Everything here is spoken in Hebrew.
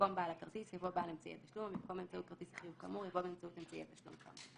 במקום "בכרטיס חיוב" יבוא "באמצעי תשלום",